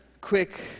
quick